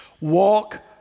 walk